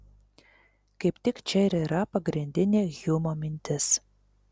kaip tik čia ir yra pagrindinė hjumo mintis